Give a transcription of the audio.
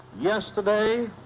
Yesterday